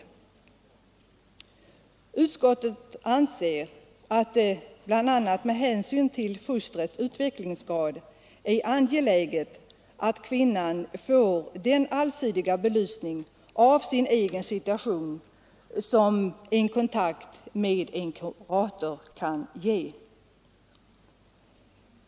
Utskottet anser att det bl.a. med hänsyn till fostrets utvecklingsgrad är angeläget att kvinnan får den allsidiga belysning av sin egen situation som kontakt med en kurator kan ge.